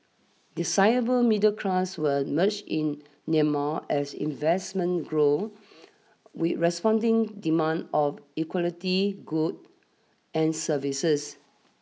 a cyber middle class will emerge in Myanmar as investments grow with corresponding demand of equality good and services